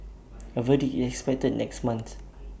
A verdict is expected next month